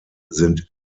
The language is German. sind